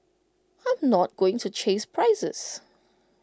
I'm not going to chase prices